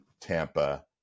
Tampa